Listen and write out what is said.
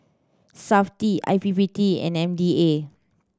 Safti I P P T and M D A